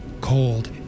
cold